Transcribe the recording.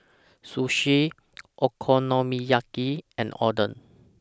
Sushi Okonomiyaki and Oden